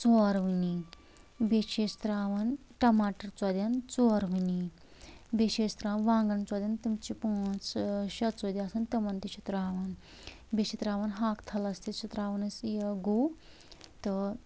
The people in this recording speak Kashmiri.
ژوروٕنی بیٚیہِ چھِ أسۍ ترٛاوان ٹماٹر ژۄلین ژوروٕنی بیٚیہِ چھِ أسۍ ترٛاوان وانٛگن ژۄلین تِم چھِ پانٛژھ شیٚے ژُلۍ آسان تِمن تہِ چھِ ترٛاوان بیٚیہِ چھِ ترٛاوان ہاکھ تھلس تہِ چھِ ترٛاوان أسۍ یہِ گُہہ تہٕ